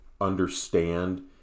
understand